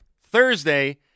Thursday